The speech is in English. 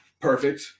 Perfect